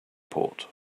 port